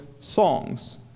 songs